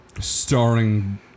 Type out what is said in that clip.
Starring